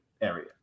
area